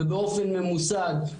ובאופן ממוסד,